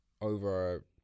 over